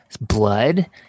blood